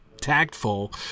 tactful